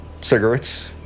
cigarettes